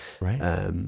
right